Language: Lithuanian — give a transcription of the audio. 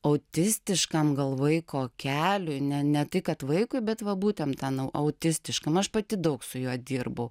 autistiškam gal vaiko keliui ne ne tai kad vaikui bet va būtent ten autistiškam aš pati daug su juo dirbau